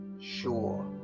sure